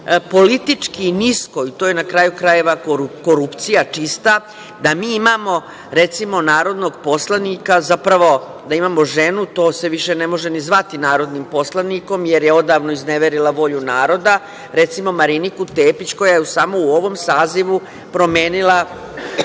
politički nisko i to je na kraju krajeva korupcija čista, da mi imamo, recimo, narodnog poslanika, zapravo, da imamo ženu, to se više ne može ni zvati narodnim poslanikom, jer je odavno izneverila volju naroda, recimo Mariniku Tepić koja je samo u ovom sazivu promenila